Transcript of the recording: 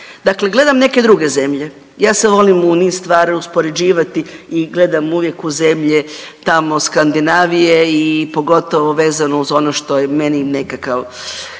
Dakle gledam neke druge zemlje, ja se volim u niz stvari uspoređivati i gledam uvijek u zemlje tamo, Skandinavije i pogotovo vezano uz ono što je meni nekakav